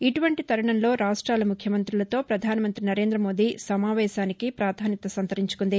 ఇటువంటి తరుణంలో రావ్వాల ముఖ్యమంతులతో ప్రధానమంత్రి నరేందమోదీ సమావేశానికి ప్రాధాన్యత సంతరించుకుంది